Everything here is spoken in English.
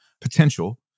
potential